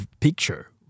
picture